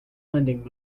lending